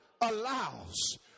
allows